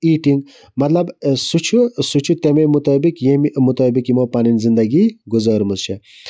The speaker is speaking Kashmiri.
ایٖٹِنٛگ مَطلَب سُہ چھُ سُہ چھُ تمے مُطٲبِق ییٚمہِ مُطٲبِق یِمو پَنٕنۍ زِندگی گُزٲرمٕژ چھِ